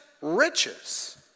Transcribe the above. riches